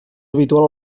habitual